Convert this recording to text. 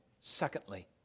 Secondly